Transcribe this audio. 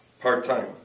part-time